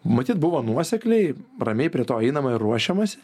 matyt buvo nuosekliai ramiai prie to einama ir ruošiamasi